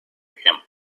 him